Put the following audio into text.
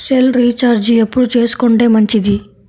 Cell recharge ఎప్పుడు చేసుకొంటే మంచిది?